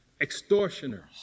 extortioners